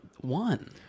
one